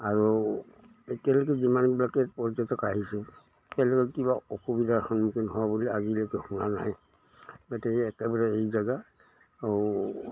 আৰু এতিয়ালৈকে যিমানবিলাক পৰ্যটক আহিছে তেওঁলোকে কিবা অসুবিধাৰ সন্মুখীন হোৱা বুলি আজিলৈকে শুনা নাই গতিকে একেবাৰে এই জেগা আৰু